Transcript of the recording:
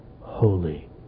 holy